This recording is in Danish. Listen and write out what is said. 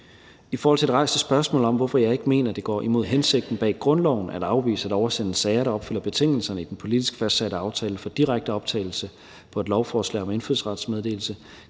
I forhold til det rejste spørgsmål om, hvorfor jeg ikke mener, det går imod hensigten bag grundloven at afvise at oversende sager, der opfylder betingelserne i den politisk fastsatte aftale for direkte optagelse på et lovforslag om indfødsrets meddelelse,